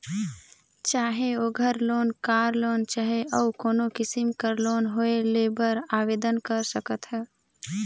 चाहे ओघर loan, car loan चहे अउ कोनो किसिम कर लोन होए लेय बर आबेदन कर सकत ह